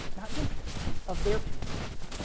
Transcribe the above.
not just of their community.